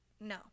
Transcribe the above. No